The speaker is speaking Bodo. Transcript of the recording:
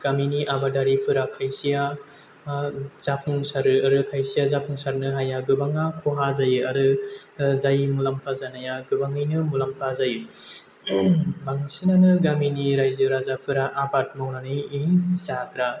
गामिनि आबादारिफोरा खायसेया जाफुंसारो आरो खायसेया जाफुंसारनो हाया गोबाङा खहा जायो आरो ओ जाय मुलाम्फा जानाया गोबाङैनो मुलाम्फा जायो बांसिनानो गामिनि रायजो राजाफोरा आबाद मावनानै जाग्रा